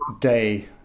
day